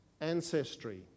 ancestry